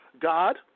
God